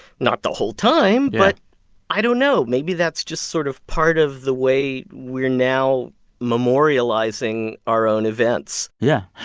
not the whole time. but i don't know maybe that's just sort of part of the way we're now memorializing our own events yeah.